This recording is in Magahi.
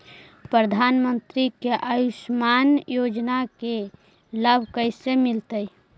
प्रधानमंत्री के आयुषमान योजना के लाभ कैसे मिलतै?